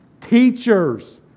teachers